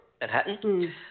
Manhattan